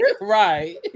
right